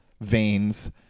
Veins